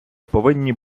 повинні